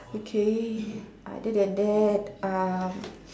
okay other then that um